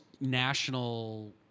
national